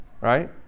right